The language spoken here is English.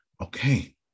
Okay